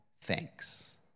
thanks